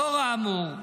לאור האמור,